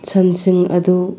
ꯁꯟꯁꯤꯡ ꯑꯗꯨ